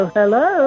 Hello